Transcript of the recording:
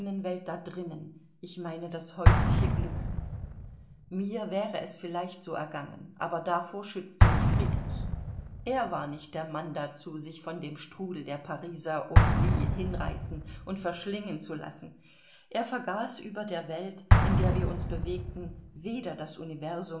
welt da drinnen ich meine das häusliche glück mir wäre es vielleicht so ergangen aber davor schützte mich friedrich er war nicht der mann dazu sich von dem strudel der pariser haute vie hinreißen und verschlingen zu lassen er vergaß über der welt in der wir uns bewegten weder das